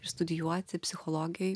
ir studijuoti psichologijoj